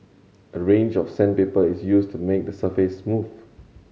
a range of sandpaper is used to make the surface smooth